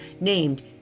named